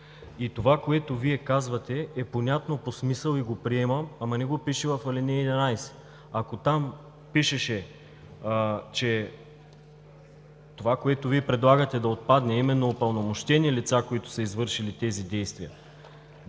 И това, което Вие казвате, е понятно по смисъл и го приемам, но не го пише в ал. 11. Ако там пишеше, че това, което Вие предлагате да отпадне, а именно упълномощени лица, които са извършили тези действия…